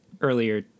earlier